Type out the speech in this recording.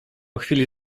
chwili